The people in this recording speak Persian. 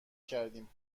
کردیم